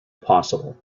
possible